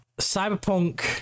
Cyberpunk